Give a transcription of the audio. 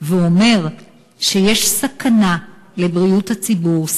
ואומר שיש סכנה לבריאות הציבור,